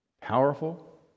powerful